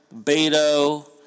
Beto